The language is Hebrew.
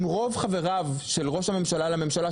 אם רוב חבריו של ראש הממשלה לממשלה.